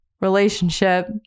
relationship